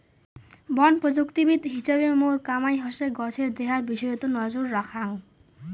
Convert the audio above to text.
বন প্রযুক্তিবিদ হিছাবে মোর কামাই হসে গছের দেহার বিষয়ত নজর রাখাং